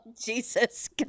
Jesus